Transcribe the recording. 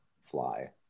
fly